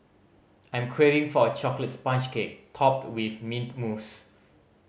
I'm craving for a chocolate sponge cake topped with mint mousse